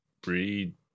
breed